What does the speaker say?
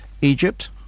Egypt